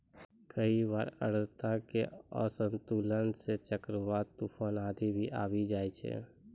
कई बार आर्द्रता के असंतुलन सं चक्रवात, तुफान आदि भी आबी जाय छै